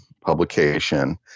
publication